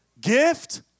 gift